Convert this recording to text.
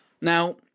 Now